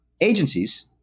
agencies